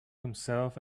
himself